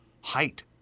height